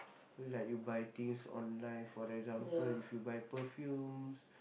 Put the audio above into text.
like you buy things online for example if you buy perfumes